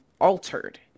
altered